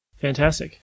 Fantastic